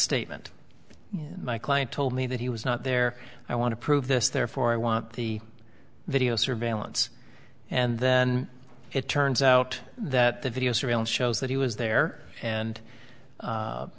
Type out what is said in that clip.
statement my client told me that he was not there i want to prove this therefore i want the video surveillance and then it turns out that the video surveillance shows that he was there and